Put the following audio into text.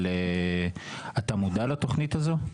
של, אתה מודע לתוכנית הזאת?